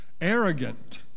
Arrogant